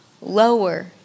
lower